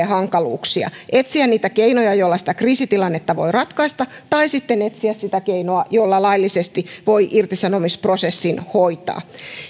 hankaluuksia etsiä niitä keinoja joilla kriisitilannetta voi ratkaista tai sitten etsiä sitä keinoa jolla laillisesti voi irtisanomisprosessin hoitaa